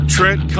Trent